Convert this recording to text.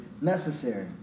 necessary